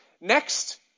Next